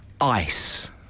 ice